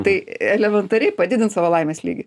tai elementariai padidint savo laimės lygį